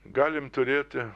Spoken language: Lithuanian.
galim turėti